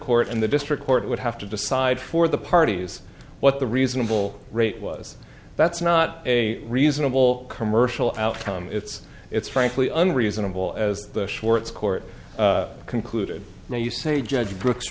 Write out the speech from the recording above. court and the district court would have to decide for the parties what the reasonable rate was that's not a reasonable commercial outcome it's it's frankly unreasonable as the schwartz court concluded now you say judge brooks